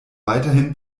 weiterhin